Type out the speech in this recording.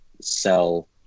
sell